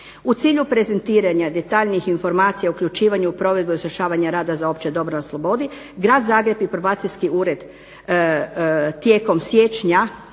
U cilju prezentiranja detaljnijih informacija, uključivanju u provedbu izvršavanje rada za opće dobro na slobodi, Grad Zagreb i probacijski ured tijekom siječnja